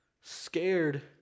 scared